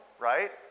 right